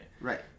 Right